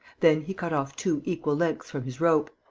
then he cut off two equal lengths from his rope.